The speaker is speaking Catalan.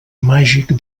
màgic